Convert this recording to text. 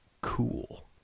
Cool